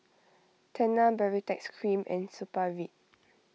Tena Baritex Cream and Supravit